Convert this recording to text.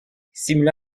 simulant